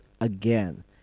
again